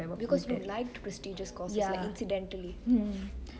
because you liked prestegious courses like incidentally